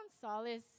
solace